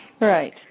Right